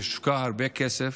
הושקע הרבה כסף,